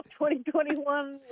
2021